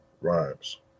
rhymes